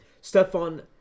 Stefan